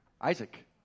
Isaac